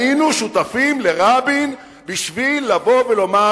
היינו שותפים לרבין בשביל לבוא ולומר: